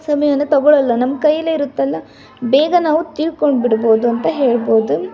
ಸಮಯವನ್ನು ತಗೋಳ್ಳಲ್ಲ ನಮ್ಮ ಕೈಲೇ ಇರತ್ತಲ್ಲ ಬೇಗ ನಾವು ತಿಳ್ಕೊಂಬಿಡ್ಬೋದು ಅಂತ ಹೇಳ್ಬೋದು